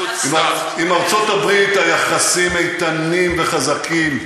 עם ארצות-הברית היחסים איתנים וחזקים,